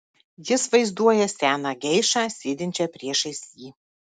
jis vaizduoja seną geišą sėdinčią priešais jį